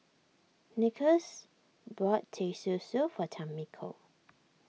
Nicholas bought Teh Susu for Tamiko